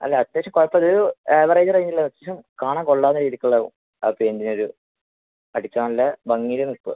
അല്ല അത്യാവശ്യം കുഴപ്പമില്ല ഇതൊരു ഇതൊരു ആവറേജ് റേഞ്ച് ഉള്ള അത്യാവശ്യം കാണാൻ കൊള്ളാവുന്ന രീതിക്കുള്ള ആ പെയിൻറിനൊരു അടിച്ചാൽ നല്ല ഭംഗിയിൽ നിൽക്കും